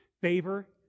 favor